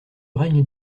règne